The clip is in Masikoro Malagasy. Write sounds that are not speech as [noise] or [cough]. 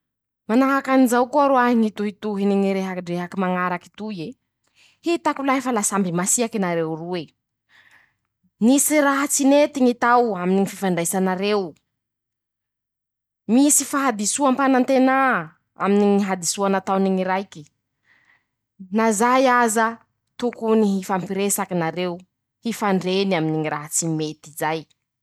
Manahaky anizao koa roahy ñy tohitohiny ñy rehadrehaky mañaraky toy e: [shushes] -"Hitako lahy fa la samby masiaky nareo roe [shushes] ,nisy raha tsy nety ñy tao ,aminy ñy fifandraisanareo ,misy fahadisoam-panantenà aminy ñy hadisoa nataony ñy raiky, na zay aza ,tokony [shushes] hifampiresaky nareo ,hifandreny aminy ñy raha tsy mety zay."